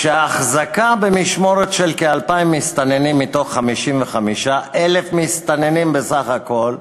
שההחזקה במשמורת של כ-2,000 מסתננים מתוך 55,000 מסתננים בסך הכול,